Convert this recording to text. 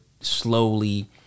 slowly